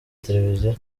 televiziyo